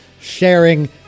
sharing